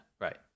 Right